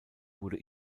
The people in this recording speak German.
wurde